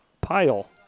pile